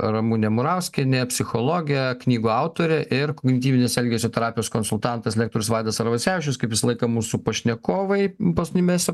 ramunė murauskienė psichologė knygų autorė ir kognityvinės elgesio terapijos konsultantas lektorius vaidas arvasevičius kaip visą laiką mūsų pašnekovai paskutinį mėnesio penktadienį